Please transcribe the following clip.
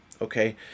okay